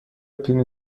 پنی